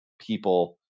people